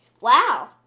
Wow